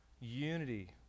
unity